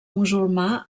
musulmà